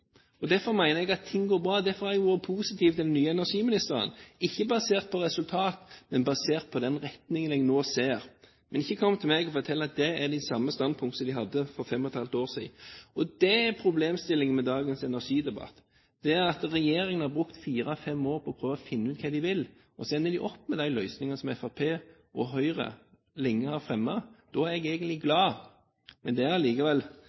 retning. Derfor mener jeg at ting går bra. Derfor er jeg også positiv til den nye energiministeren, ikke basert på resultat, men basert på den retningen jeg nå ser. Men ikke kom til meg og fortell at det er de samme standpunkt som de hadde for fem og et halvt år siden. Det som er problemstillingen med dagens energidebatt, er at regjeringen har brukt fire–fem år på å prøve å finne ut hva de vil, og så ender de opp med de løsningene som Fremskrittspartiet og Høyre lenge har fremmet. Da er jeg egentlig glad, men det er allikevel